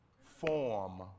form